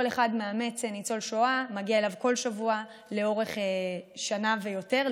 כל אחד מאמץ ניצול שואה ומגיע אליו כל שבוע לאורך שנה ויותר,